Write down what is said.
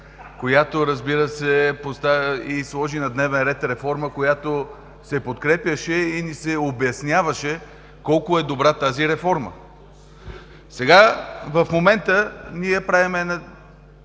която, разбира се, постави и сложи на дневен ред реформа, която се подкрепяше и ни се обясняваше колко е добра тази реформа. Сега в момента ние правим една